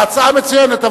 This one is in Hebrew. ההצעה מצוינת,